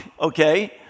okay